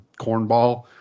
cornball